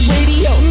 Radio